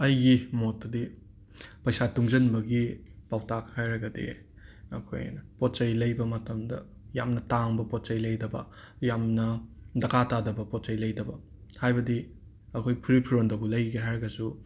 ꯑꯩꯒꯤ ꯃꯣꯠꯇꯗꯤ ꯄꯩꯁꯥ ꯇꯨꯡꯖꯟꯕꯒꯤ ꯄꯥꯎꯇꯥꯛ ꯍꯥꯏꯔꯒꯗꯤ ꯑꯩꯈꯣꯏꯅ ꯄꯣꯠꯆꯩ ꯂꯩꯕ ꯃꯇꯝꯗ ꯌꯥꯝꯅ ꯇꯥꯡꯕ ꯄꯣꯠꯆꯩ ꯂꯩꯗꯕ ꯌꯥꯝꯅ ꯗꯀꯥ ꯇꯥꯗꯕ ꯄꯣꯠꯆꯩ ꯂꯩꯗꯕ ꯍꯥꯏꯕꯗꯤ ꯑꯩꯈꯣꯏ ꯐꯨꯔꯤꯠ ꯐꯤꯔꯣꯜꯗꯕꯨ ꯂꯩꯒꯦ ꯍꯥꯏꯔꯒꯁꯨ